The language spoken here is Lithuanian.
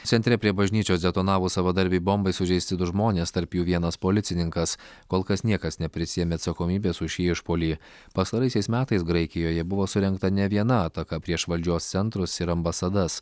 centre prie bažnyčios detonavus savadarbei bombai sužeisti du žmonės tarp jų vienas policininkas kol kas niekas neprisiėmė atsakomybės už šį išpuolį pastaraisiais metais graikijoje buvo surengta ne viena ataka prieš valdžios centrus ir ambasadas